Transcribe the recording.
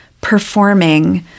performing